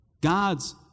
God's